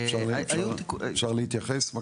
אפשר להתייחס בבקשה?